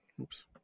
Oops